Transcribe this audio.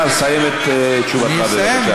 אדוני השר, סיים את תשובתך בבקשה.